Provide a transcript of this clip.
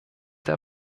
der